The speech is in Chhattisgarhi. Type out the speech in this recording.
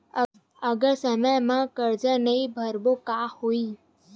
अगर समय मा कर्जा नहीं भरबों का होई?